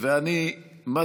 אני קובע שגם הודעה זו התקבלה.